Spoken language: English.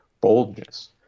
boldness